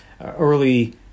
early